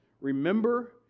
Remember